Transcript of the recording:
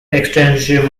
extensive